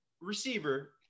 receiver